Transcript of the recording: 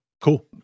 Cool